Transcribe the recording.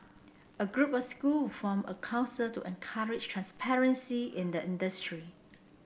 a group of school formed a council to encourage transparency in the industry